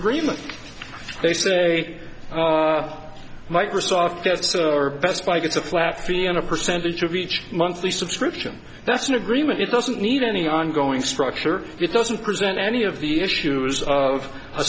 agreement they say microsoft has best buy gets a flat fee on a percentage of each monthly subscription that's an agreement it doesn't need any ongoing structure it doesn't present any of the issues of a